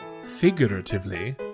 figuratively